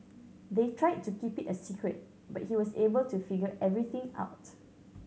they tried to keep it a secret but he was able to figure everything out